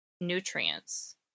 nutrients